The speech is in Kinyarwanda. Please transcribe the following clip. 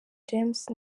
james